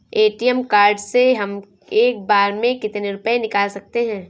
ATM card से हम एक बार में कितने रुपये निकाल सकते हैं?